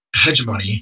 hegemony